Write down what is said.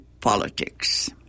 politics